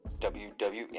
WWN